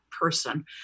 person